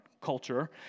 Culture